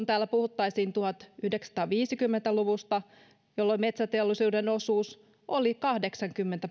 täällä puhuttaisiin tuhatyhdeksänsataaviisikymmentä luvusta jolloin metsäteollisuuden osuus oli kahdeksankymmentä